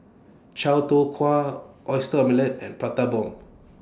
Chow Tow Kway Oyster Omelette and Prata Bomb